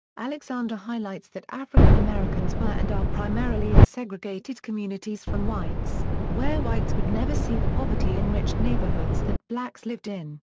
alexander highlights highlights that african americans were and are primarily in segregated communities from whites, where whites would never see the poverty enriched neighborhoods that blacks lived in.